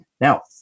now